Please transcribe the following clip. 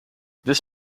this